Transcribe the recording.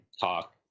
talk